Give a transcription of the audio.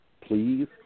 Please